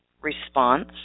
response